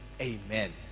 Amen